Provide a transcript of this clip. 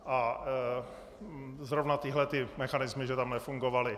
A zrovna tyhle ty mechanismy že tam nefungovaly.